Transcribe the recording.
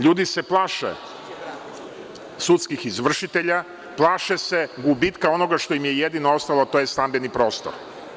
Ljudi se plaše sudskih izvršitelja, plaše se gubitka onoga što im je jedino ostalo, a to je stambeni prostor.